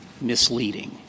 misleading